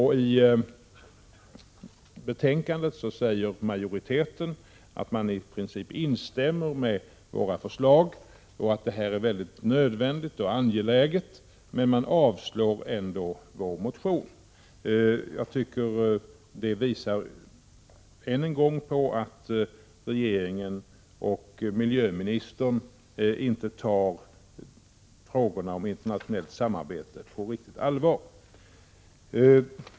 I betänkandet anför majoriteten att den i princip instämmer i våra förslag om att detta projekt är nödvändigt och angeläget men avslår ändå vår motion. Det visar än en gång på att regeringen och miljöministern inte tar frågorna om internationellt samarbete riktigt på allvar.